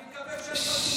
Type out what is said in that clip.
אנחנו עוברים